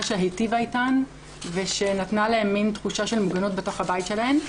שהיטיבה איתן ושנתנה להן מין תחושה של מוגנות בתוך הבית שלהן.